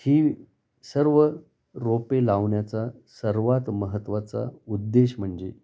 ही सर्व रोपे लावण्याचा सर्वात महत्त्वाचा उद्देश म्हणजे